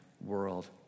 world